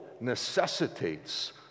necessitates